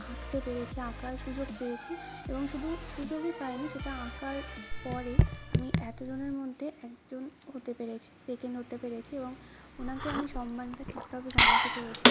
আঁকতে পেরেছি আঁকায় সুযোগ পেয়েছি এবং শুধু সুযোগই পায় নি সেটা আঁকার পরে আমি এতোজনের মধ্যে একজন হতে পেরেছি সেকেন্ড হতে পেরেছি এবং ওনাকে আমি সম্মানটা ঠিকভাবে জানাতে পেরেছি